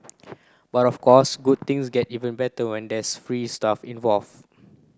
but of course good things get even better when there's free stuff involved